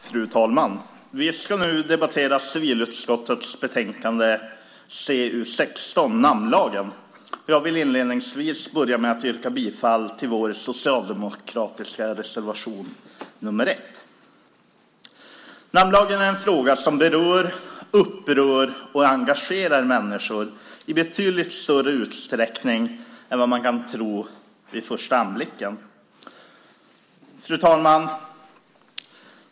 Fru talman! Vi ska nu debattera civilutskottets betänkande CU16, Namnlagen . Jag vill börja med att yrka bifall till vår socialdemokratiska reservation nr 1. Namnlagen är en fråga som berör, upprör och engagerar människor i betydligt större utsträckning än vad man kan tro vid första anblicken. Fru talman!